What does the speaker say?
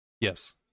Yes